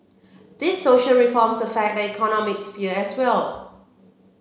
these social reforms affect the economic sphere as well